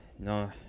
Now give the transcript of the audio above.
No